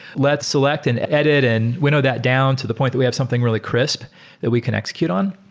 let's select and edit and window that down to the point that we have something really crisp that we can execute on.